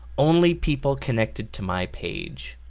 only people connected to my page.